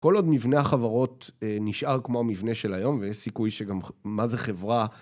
כל עוד מבנה החברות נשאר כמו המבנה של היום, ויש סיכוי שגם מה זה חברה...